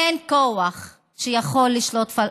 אין כוח שיכול לשלוט בפלסטינים.